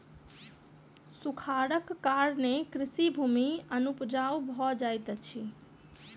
सूखाड़क कारणेँ कृषि भूमि अनुपजाऊ भ जाइत अछि